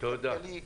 כלכלי,